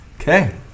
Okay